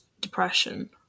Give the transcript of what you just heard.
depression